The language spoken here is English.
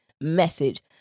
message